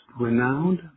renowned